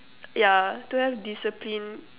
yeah to have discipline